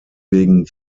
wegen